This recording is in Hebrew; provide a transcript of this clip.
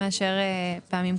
מאשר פעמים קודמות?